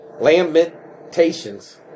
Lamentations